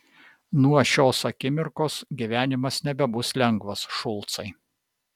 nuo šios akimirkos gyvenimas nebebus lengvas šulcai